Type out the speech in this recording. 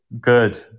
good